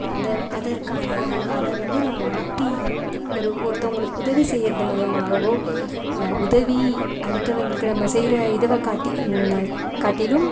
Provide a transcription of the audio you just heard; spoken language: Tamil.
அதை அதற்கான அதை வந்து நான் மாற்றி ஒரு ஒருத்தவர்களுக்கு உதவி செய்கிறது மூலிமாகவோ உதவி அடுத்தவர்களுக்கு நம்ம செய்கிற இதுவை காட்டி காட்டிலும்